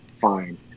fine